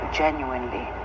genuinely